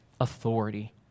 authority